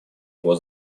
его